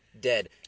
dead